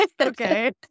Okay